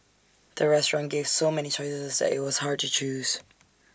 the restaurant gave so many choices that IT was hard to choose